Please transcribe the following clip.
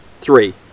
three